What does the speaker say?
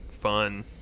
fun